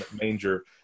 manger